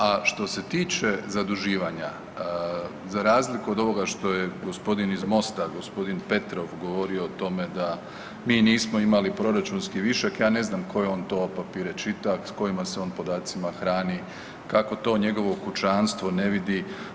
A što se tiče zaduživanja, za razliku od ovoga što je gospodin iz Mosta, gospodin Petrov govorio o tome da mi nismo imali proračunski višak, ja ne znam koje on to papire čita, s kojima se on podacima hrani kako to njegovo kućanstvo ne vidi.